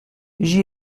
j’y